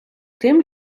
тим